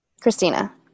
Christina